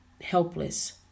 helpless